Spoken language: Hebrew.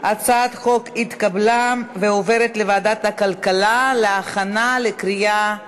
הצעת החוק התקבלה ועוברת לוועדת הכלכלה להכנה לקריאה ראשונה.